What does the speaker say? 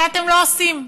אבל אתם לא עושים.